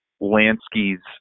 Lansky's